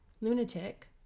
lunatic